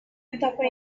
etapa